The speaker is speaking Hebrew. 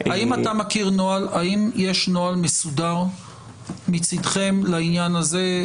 האם יש נוהל מסודר מצידכם לעניין הזה?